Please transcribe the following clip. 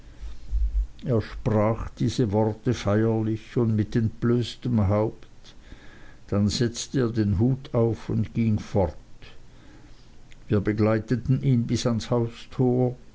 er sprach die worte feierlich und mit entblößtem haupt dann setzte er den hut auf und ging fort wir begleiteten ihn bis ans haustor